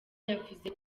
yavuze